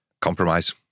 Compromise